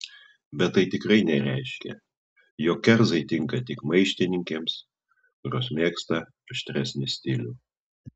bet tai tikrai nereiškia jog kerzai tinka tik maištininkėms kurios mėgsta aštresnį stilių